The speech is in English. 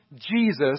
Jesus